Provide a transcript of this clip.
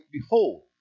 behold